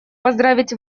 поздравить